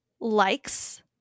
likes